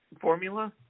formula